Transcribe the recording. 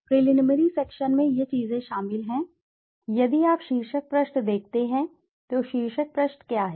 preliminary section में ये चीजें शामिल हैं यदि आप शीर्षक पृष्ठ देखते हैं तो शीर्षक पृष्ठ क्या है